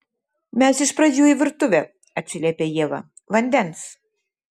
mes iš pradžių į virtuvę atsiliepia ieva vandens